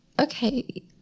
Okay